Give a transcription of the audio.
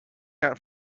out